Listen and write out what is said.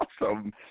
awesome